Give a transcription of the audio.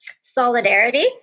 solidarity